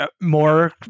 More